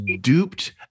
duped